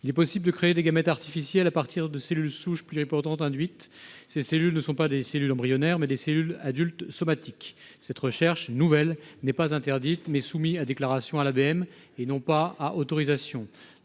Il est possible de créer des gamètes artificiels à partir de cellules souches pluripotentes induites. Ces cellules ne sont pas des cellules embryonnaires, mais des cellules adultes somatiques. Cette recherche, nouvelle, n'est pas interdite ; elle est soumise à déclaration à l'ABM et non pas à autorisation.